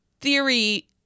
theory